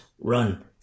run